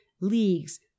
leagues